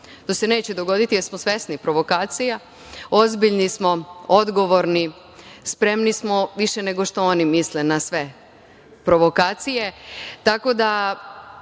To se neće dogoditi, jer smo svesni provokacija. Ozbiljni smo, odgovorni, spremni smo više nego što oni misle na sve provokacije. Tako